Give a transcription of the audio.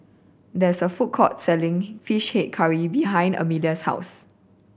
there is a food court selling Fish Head Curry behind Amelia's house